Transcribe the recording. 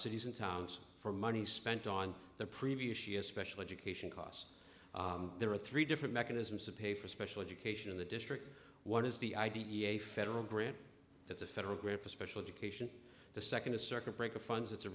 cities and towns for money spent on the previous year special education costs there are three different mechanisms to pay for special education in the district one is the i d e a federal grant that's a federal grant for special education the second a circuit breaker funds it's a